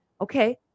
Okay